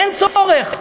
אין צורך.